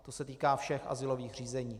To se týká všech azylových řízení.